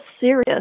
serious